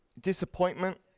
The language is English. disappointment